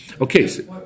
Okay